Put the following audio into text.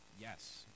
Yes